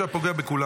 הפשע פוגע בכולם.